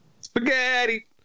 spaghetti